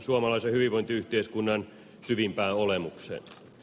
suomalaisen hyvinvointiyhteiskunnan syvimpään olemukseen